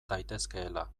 daitezkeela